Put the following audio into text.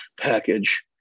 package